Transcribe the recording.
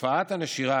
תופעת הנשירה,